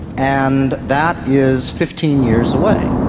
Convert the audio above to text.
and that is fifteen years away.